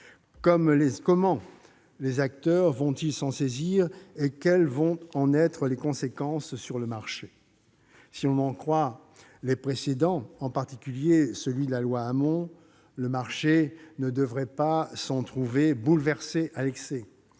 Comment les acteurs vont-ils s'en saisir et quelles vont en être les conséquences sur le marché ? Si l'on en croit les précédents, en particulier celui de la loi Hamon, le marché ne devrait pas s'en trouver bouleversé à l'excès,